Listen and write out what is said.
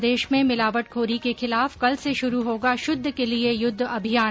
प्रदेश में मिलावटखोरी के खिलाफ कल से शुरू होगा शुद्ध के लिए युद्ध अभियान